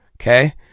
Okay